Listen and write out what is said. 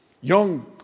Young